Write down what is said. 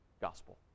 gospel